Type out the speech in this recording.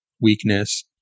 weakness